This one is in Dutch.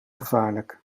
gevaarlijk